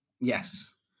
Yes